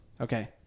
Okay